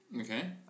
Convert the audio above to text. Okay